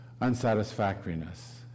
unsatisfactoriness